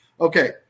Okay